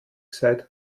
seid